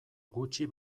gutxi